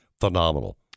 phenomenal